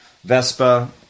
Vespa